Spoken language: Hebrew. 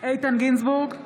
איתן גינזבורג,